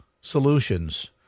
solutions